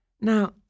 Now